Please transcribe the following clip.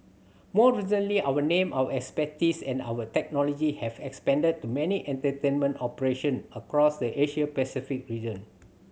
more recently our name our expertise and our technology have expanded to many entertainment operation across the Asia Pacific region